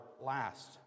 last